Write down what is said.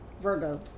virgo